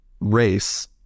race